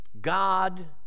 God